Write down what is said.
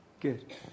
Good